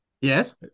Yes